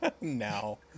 No